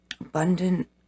abundant